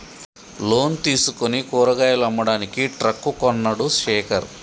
loan తీసుకుని కూరగాయలు అమ్మడానికి ట్రక్ కొన్నడు శేఖర్